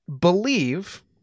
believe